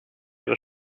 das